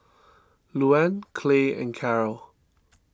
Luann Clay and Karol